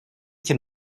can